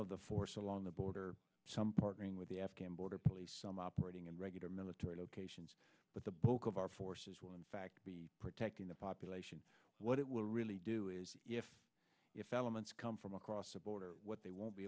of the force along the border some partnering with the afghan border police some operating and regular military locations but the bulk of our forces will in fact be protecting the population what it will really do is if elements come from across the border what they won't be